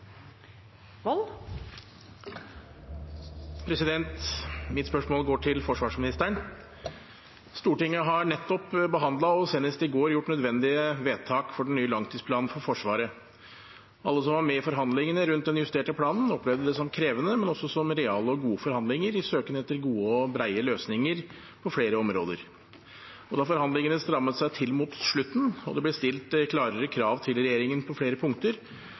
senest i går fattet nødvendige vedtak for den nye langtidsplanen for Forsvaret. Alle som var med i forhandlingene rundt den justerte planen, opplevde forhandlingene som krevende, men også som reale og gode, i vår søken etter gode og brede løsninger på flere områder. Da forhandlingene strammet seg til mot slutten og det ble stilt klarere krav til regjeringen på flere punkter,